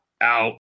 out